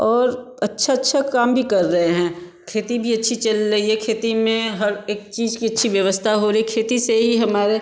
और अच्छा अच्छा काम भी कर रहे हैं खेती भी अच्छी चल रही है खेती में हर एक चीज की अच्छी व्यवस्था हो रही खेती से ही हमारे